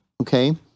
okay